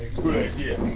good idea.